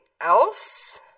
else